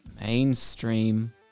mainstream